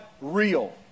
real